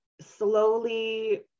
slowly